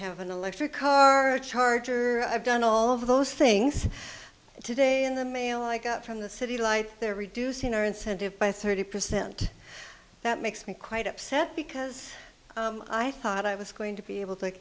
have an electric car charger i've done all of those things today in the mail i get from the city like they're reducing our incentive by thirty percent that makes me quite upset because i thought i was going to be able to